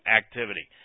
activity